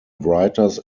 writers